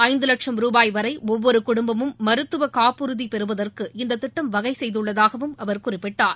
ஐந்து லட்சம் ரூபாய் வரை ஒவ்வொரு குடும்பமும் மருத்துவ காப்புறுதி பெறுவதற்கு இந்தத் திட்டம் வகை செய்துள்ளதாகவும் அவர் குறிப்பிட்டார்